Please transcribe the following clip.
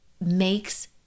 makes